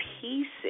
pieces